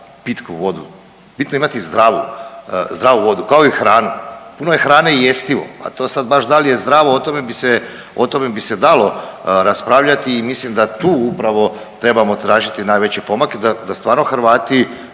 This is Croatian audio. pitku vodu, bitno je imati zdravu vodu kao i hranu. Puno je hrane jestivo, a to sad baš da li je zdravo o tome bi se dalo raspravljati i mislim da tu upravo trebamo tražiti najveće pomake da stvarno Hrvati